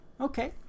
Okay